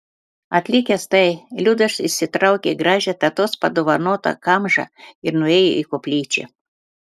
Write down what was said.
atlikęs tai liudas išsitraukė gražią tetos padovanotą kamžą ir nuėjo į koplyčią